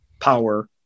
power